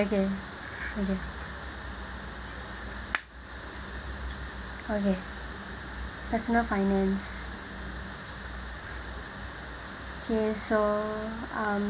okay okay okay personal finance okay so um